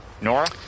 Nora